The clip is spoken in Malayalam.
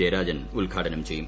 ജയരാജൻ ഉദ്ഘാടനം ചെയ്യും